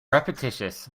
repetitious